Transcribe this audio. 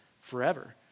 forever